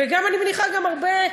ואני מניחה שגם הרבה,